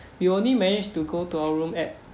we only managed to go to a room at